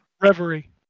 Reverie